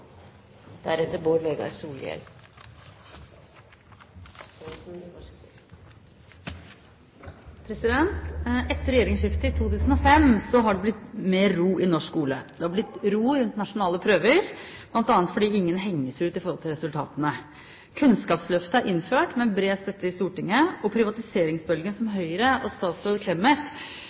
Etter regjeringsskiftet i 2005 har det blitt mer ro i norsk skole. Det har blitt ro rundt nasjonale prøver, bl.a. fordi ingen henges ut med tanke på resultatene. Kunnskapsløftet er innført med bred støtte i Stortinget, og privatiseringsbølgen som Høyre og statsråd